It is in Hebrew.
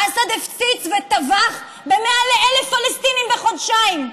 אסד הפציץ וטבח במעל 1,000 פלסטינים בחודשיים.